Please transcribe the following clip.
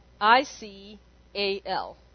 I-C-A-L